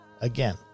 Again